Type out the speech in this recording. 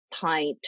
pint